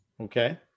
Okay